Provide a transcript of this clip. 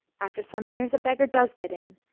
after some years a beggar does get in,